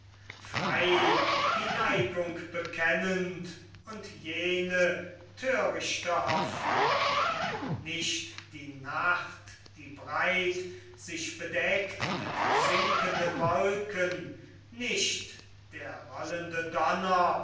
frei die neigung bekennend und jene törichte hoffnung nicht die nacht die breit sich bedeckt mit sinkenden wolken nicht der rollende donner